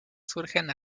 surgen